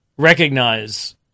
recognize